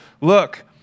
Look